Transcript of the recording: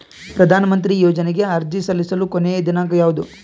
ಪ್ರಧಾನ ಮಂತ್ರಿ ಯೋಜನೆಗೆ ಅರ್ಜಿ ಸಲ್ಲಿಸಲು ಕೊನೆಯ ದಿನಾಂಕ ಯಾವದು?